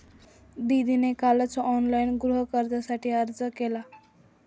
दीदीने कालच ऑनलाइन गृहकर्जासाठी अर्ज केला